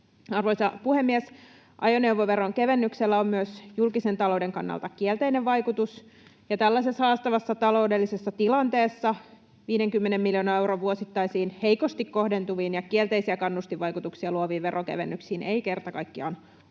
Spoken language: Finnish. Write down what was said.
Arvoisa puhemies! Ajoneuvoveron kevennyksellä on myös julkisen talouden kannalta kielteinen vaikutus. Tällaisessa haastavassa taloudellisessa tilanteessa 50 miljoonan euron vuosittaisiin, heikosti kohdentuviin ja kielteisiä kannustinvaikutuksia luoviin veronkevennyksiin ei kerta kaikkiaan ole